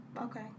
okay